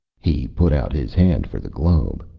he put out his hand for the globe.